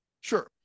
Sure